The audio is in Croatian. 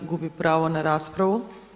Gubi pravo na raspravu.